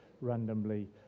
randomly